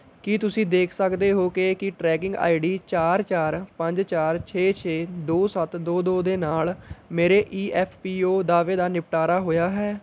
ਕੀ ਤੁਸੀਂ ਦੇਖ ਸਕਦੇ ਹੋ ਕਿ ਕੀ ਟਰੈਕਿੰਗ ਆਈ ਡੀ ਚਾਰ ਚਾਰ ਪੰਜ ਚਾਰ ਛੇ ਛੇ ਦੋ ਸੱਤ ਦੋ ਦੋ ਦੇ ਨਾਲ਼ ਮੇਰੇ ਈ ਐੱਫ ਪੀ ਓ ਦਾਅਵੇ ਦਾ ਨਿਪਟਾਰਾ ਹੋਇਆ ਹੈ